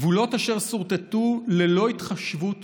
גבולות אשר סורטטו ללא התחשבות